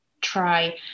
try